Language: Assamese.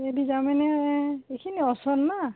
এই দি যাওঁ মানে এইখিনি ওচৰ না